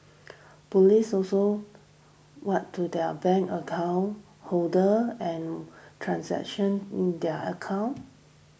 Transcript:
police also warn to their bank account holders and transaction in their account